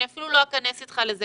אני לא אנכס אתך לזה,